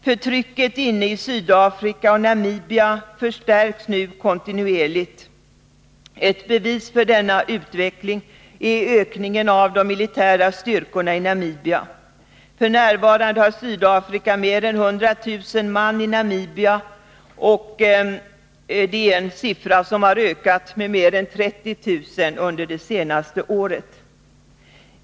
Förtrycket inne i Sydafrika och Namibia förstärks nu kontinuerligt. Ett bevis för denna utveckling är ökningen av de militära styrkorna i Namibia. F.n. har Sydafrika mer än 100 000 man i Namibia — en siffra som har ökat med mer än 30 000 det senaste året.